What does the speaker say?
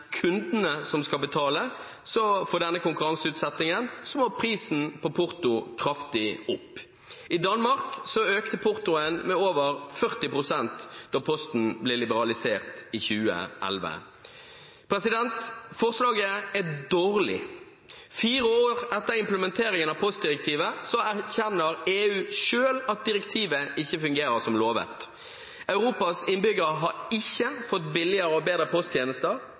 for denne konkurranseutsettingen, må prisen på porto kraftig opp. I Danmark økte portoen med over 40 pst. da posten ble liberalisert i 2011. Forslaget er dårlig. Fire år etter implementeringen av postdirektivet erkjenner EU selv at direktivet ikke fungerer som lovet. Europas innbyggere har ikke fått billigere og bedre posttjenester,